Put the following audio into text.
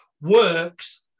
works